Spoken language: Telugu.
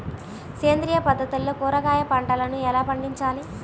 సేంద్రియ పద్ధతుల్లో కూరగాయ పంటలను ఎలా పండించాలి?